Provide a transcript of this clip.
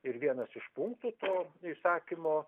ir vienas iš punktų to įsakymo